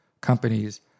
companies